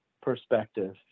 perspective